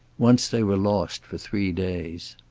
once they were lost for three days.